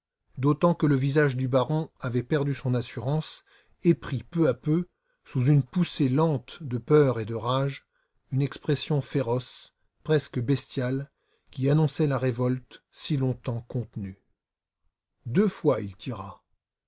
d'autant que le visage du baron avait perdu son assurance et pris peu à peu sous une poussée lente de peur et de rage une expression féroce presque bestiale qui annonçait la révolte si longtemps contenue deux fois il tira